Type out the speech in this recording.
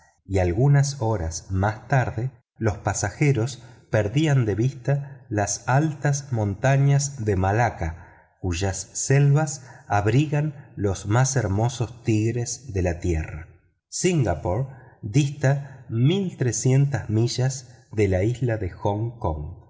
y algunas horas más tarde los pasajeros perdían de vista las altas montañas de malaca cuyas selvas abrigan los más hermosos tigres de la tierra singapore dista mil trescientas millas de la isla de hong kong